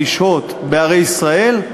לשהות בערי ישראל,